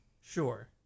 Sure